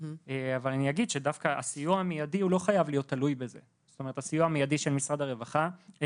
אבל חשוב להגיד שהסיוע המיידי של משרד הרווחה לא